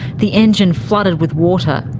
the engine flooded with water.